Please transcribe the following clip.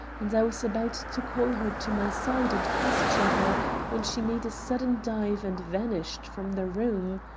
and i was about to call her to my side and question her when she made a sudden dive and vanished from the room.